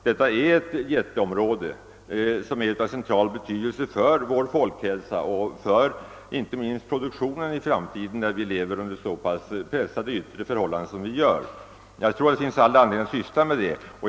Det gäller ett jätteområde som är av central betydelse för vår folkhälsa och inte minst för produktionen i framtiden, när vi lever under så pass pressande yttre förhållanden som vi gör. Det finns all anledning att syssla med denna fråga.